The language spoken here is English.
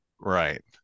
right